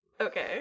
Okay